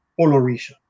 Olorisha